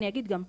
אני אגיד גם,